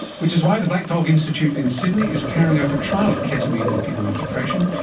which is why the black dog institute in sydney is carrying out a trial of ketamine in people with depression,